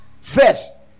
first